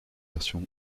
version